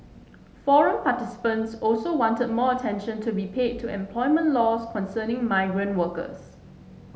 forum participants also wanted more attention to be paid to employment laws concerning migrant workers